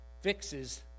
fixes